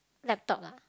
laptop lah